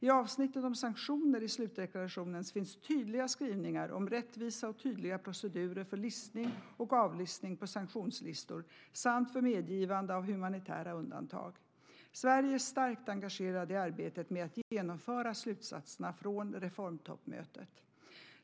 I avsnittet om sanktioner i slutdeklarationen finns tydliga skrivningar om rättvisa och tydliga procedurer för listning och avlistning på sanktionslistor samt för medgivande av humanitära undantag. Sverige är starkt engagerat i arbetet med att genomföra slutsatserna från reformtoppmötet.